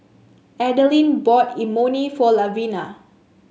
Adelina bought Imoni for Lavina